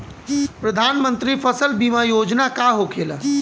प्रधानमंत्री फसल बीमा योजना का होखेला?